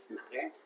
matter